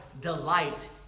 delight